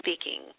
speaking